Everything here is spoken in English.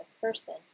person